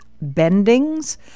bendings